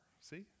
See